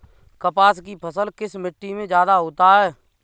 कपास की फसल किस मिट्टी में ज्यादा होता है?